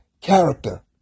character